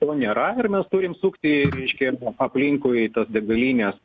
to nėra ir mes turim sukti reiškia aplinkui tas degalines